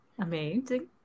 Amazing